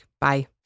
Bye